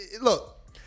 Look